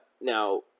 now